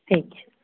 ठीक छै